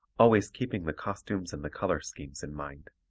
always keeping the costumes and the color schemes in mind.